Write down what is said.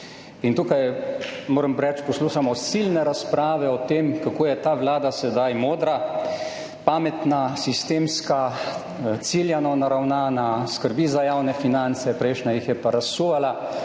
In tukaj, moram reči, poslušamo silne razprave o tem, kako je ta vlada sedaj modra, pametna, sistemska, ciljno naravnana, skrbi za javne finance, prejšnja jih je pa razsuvala,